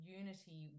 unity